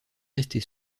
restée